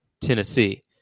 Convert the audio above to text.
Tennessee